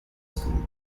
school